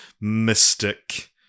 mystic